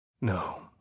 No